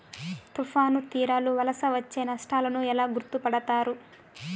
తుఫాను తీరాలు వలన వచ్చే నష్టాలను ఎలా గుర్తుపడతారు?